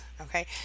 okay